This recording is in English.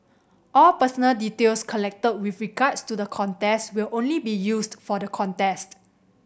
all personal details collected with regards to the contest will only be used for the contest